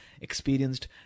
experienced